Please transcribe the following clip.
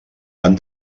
van